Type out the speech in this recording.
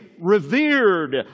revered